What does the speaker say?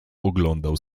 oglądał